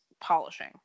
polishing